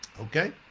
Okay